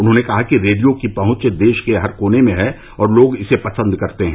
उन्होंने कहा कि रेडियो की पहुंच देश के हर कोने में है और लोग इसे पसंद करते हैं